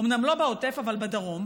אומנם לא בעוטף אבל בדרום,